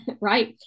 right